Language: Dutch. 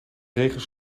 regen